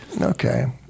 okay